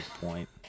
point